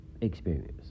experience